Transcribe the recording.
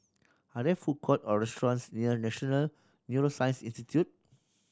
are there food court or restaurants near National Neuroscience Institute